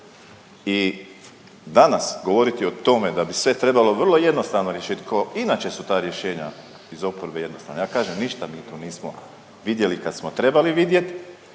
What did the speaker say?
I danas govoriti o tome da bi sve trebalo vrlo jednostavno riješiti, kao inače su ta rješenja iz oporbe jednostavna. Ja kažem ništa mi tu nismo vidjeli kad smo trebali vidjeti,